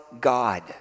God